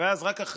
ואז הוא